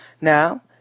Now